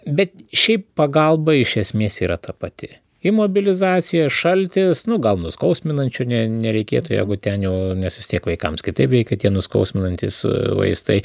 bet šiaip pagalba iš esmės yra ta pati imobilizacija šaltis nu gal nuskausminančių ne nereikėtų jeigu ten jau nes vis tiek vaikams kitaip veikia tie nuskausminantys vaistai